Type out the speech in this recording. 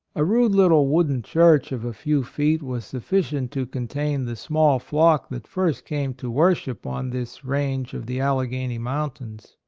a rude little wooden church of a few feet was sufficient to contain the small flock that first came to worship on this range of the alleghany mountains.